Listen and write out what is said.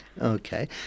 Okay